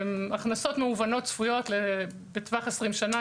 הכנסות ההיוון צפויות בטווח 20 שנה,